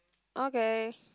okay